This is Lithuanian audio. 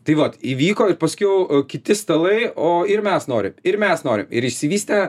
tai vat įvyko ir paskiau kiti stalai o ir mes norim ir mes norim ir išsivystė